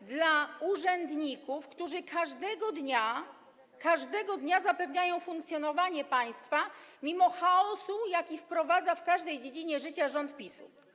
dla urzędników, którzy każdego dnia zapewniają funkcjonowanie państwa mimo chaosu, jaki wprowadza w każdej dziedzinie życia rząd PiS-u.